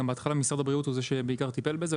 כשמשרד הבריאות הוא זה שבעיקר טיפל בזה.